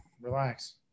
Relax